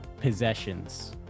possessions